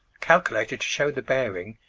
calculated to show the bearing,